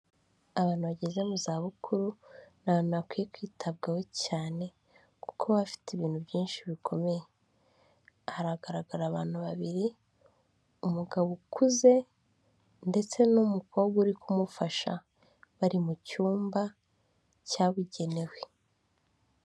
Abantu bageze mu za bukuru ni abantu bakwiye kwitabwaho cyane kuko baba bafite ibintu byinshi bikomeye, hagaragara abantu babiri umugabo ukuze ndetse n'umukobwa uri kumufasha bari mu cyumba cyabugenewe.